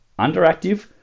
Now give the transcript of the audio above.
underactive